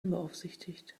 unbeaufsichtigt